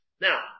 Now